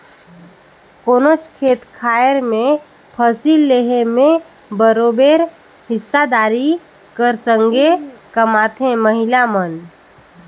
कोनोच खेत खाएर में फसिल लेहे में बरोबेर हिस्सादारी कर संघे कमाथें महिला मन